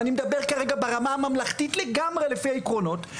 ואני מדבר כרגע ברמה הממלכתית לגמרי לפי העקרונות,